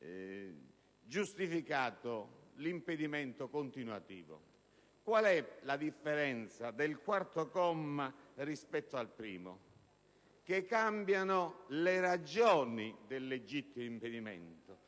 giustificato l'impedimento continuativo. Qual è la differenza tra il comma 4 e il comma 1? Cambiano le ragioni del legittimo impedimento: